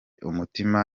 umutima